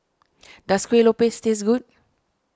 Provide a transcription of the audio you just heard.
does Kueh Lopes taste good